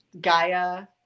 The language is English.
gaia